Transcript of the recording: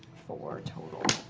four total.